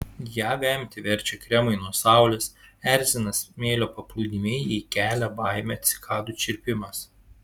ją vemti verčia kremai nuo saulės erzina smėlio paplūdimiai jai kelia baimę cikadų čirpimas